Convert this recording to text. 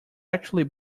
actually